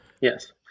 Yes